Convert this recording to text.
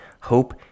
Hope